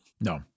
No